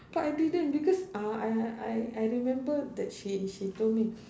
but I didn't because I I I I remember that she she told me